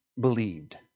believed